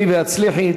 עלי והצליחי.